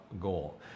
goal